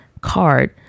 card